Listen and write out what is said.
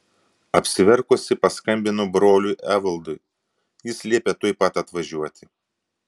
apsiverkusi paskambinau broliui evaldui jis liepė tuoj pat atvažiuoti